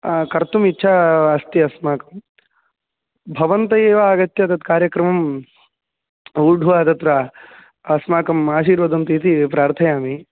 कर्तुम् इच्छा अस्ति अस्माकं भवन्तः एव आगत्य तत् कार्यक्रमं ऊढ्वा तत्र अस्माकम् आशिर्वदन्तु इति प्रार्थयामि